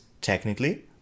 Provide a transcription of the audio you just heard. technically